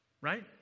Right